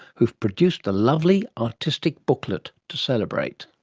who have produced a lovely artistic booklet to celebrate.